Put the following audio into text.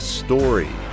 story